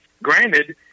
Granted